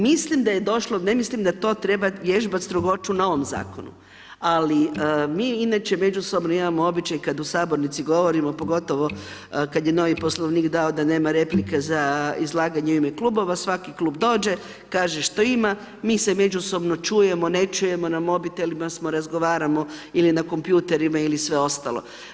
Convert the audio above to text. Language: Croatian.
Mislim da je došlo, ne mislim da to treba vježbati strogoću na ovom zakonu, ali mi inače međusobno imamo običaj kad u sabornici govorimo pogotovo kad je novi poslovnik dao da nema replike za izlaganje u ime klubova, svaki klub dođe, kaže što ima, mi se međusobno čujemo, ne čujemo na mobitelima smo, razgovaramo ili na kompjuterima ili sve ostalo.